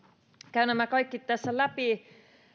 käyn nämä kaikki tässä läpi ensinnäkin